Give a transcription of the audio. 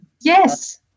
Yes